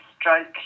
stroke